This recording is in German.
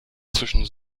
zwischen